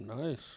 Nice